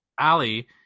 Ali